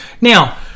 Now